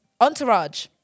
Entourage